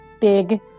big